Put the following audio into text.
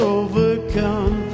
overcome